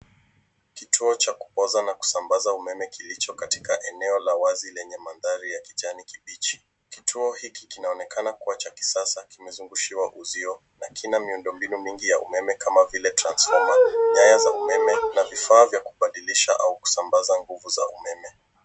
Kituo cha kupooza na kusambaza umeme kilicho katika eneo la wazi lenye mandhari ya kijani kibichi. Kituo hiki kinaonekana kuwa cha kisasa kimezungushiwa uzio na kina miundombinu mingi ya umeme kama vile transformer ,nyaya za umeme na vifaa vya kubadilisha au kusambaza nguvu za umeme.